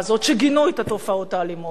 שגינו את התופעות האלימות האלה,